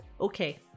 Okay